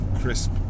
crisp